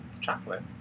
chocolate